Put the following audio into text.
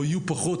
או יהיו פחות,